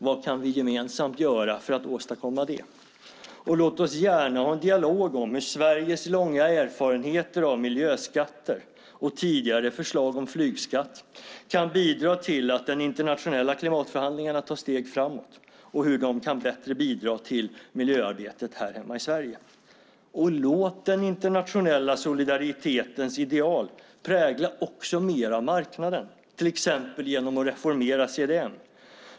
Vad kan vi göra gemensamt för att åstadkomma det? Låt oss gärna ha en dialog om hur Sveriges långa erfarenheter av miljöskatter och tidigare förslag om flygskatt kan bidra till att de internationella klimatförhandlingarna tar steg framåt och hur de bättre kan bidra till miljöarbetet här hemma i Sverige. Låt den internationella solidaritetens ideal också prägla mer av marknaden, till exempel genom att reformera CDM.